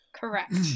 Correct